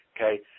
Okay